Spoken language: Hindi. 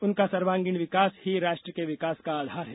उनका सर्वंगीण विकास ही राष्ट्र के विकास का आधार है